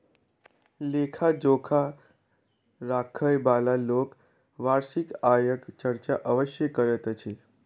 लेखा जोखा राखयबाला लोक वार्षिक आयक चर्चा अवश्य करैत छथि